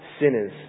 sinners